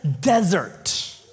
desert